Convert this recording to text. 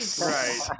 Right